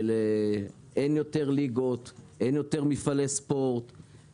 כשאין יותר ליגות, אין יותר מפעלי ספורט,